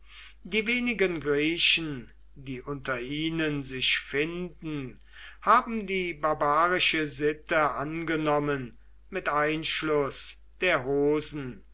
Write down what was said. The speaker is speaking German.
die wenigen griechen die unter ihnen sich finden haben die barbarische sitte angenommen mit einschluß der